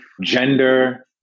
gender